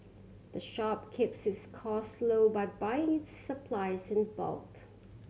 the shop keeps its cost low by buying its supplies in bulk